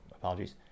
Apologies